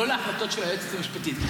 לא להחלטות של היועצת המשפטית.